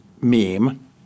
meme